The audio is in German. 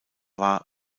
war